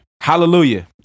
hallelujah